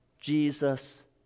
Jesus